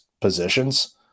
positions